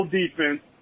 defense